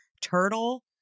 turtle